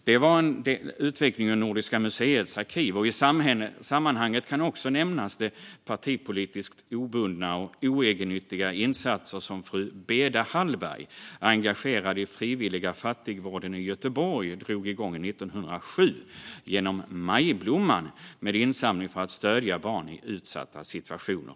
Detta var en utvikning ur Nordiska museets arkiv. I sammanhanget kan också nämnas den partipolitiskt obundna och oegennyttiga insats som fru Beda Hallberg, engagerad i den frivilliga fattigvården i Göteborg, drog igång 1907 genom Majblomman med insamling för att stödja barn i utsatta situationer.